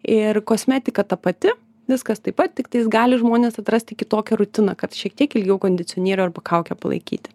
ir kosmetika ta pati viskas taip pat tik tais gali žmonės atrasti kitokią rutiną kad šiek tiek ilgiau kondicionierių arba kaukę palaikyti